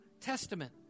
testament